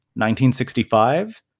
1965